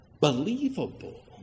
believable